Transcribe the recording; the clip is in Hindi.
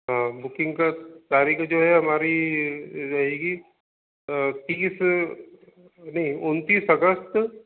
हाँ बुकिंग का तारीख जो है हमारी रहेगी तीस नहीं उन्तीस अगस्त